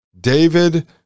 David